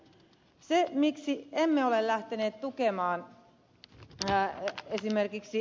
se miksi emme ole lähteneet tukemaan esimerkiksi ed